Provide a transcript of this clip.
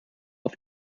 auf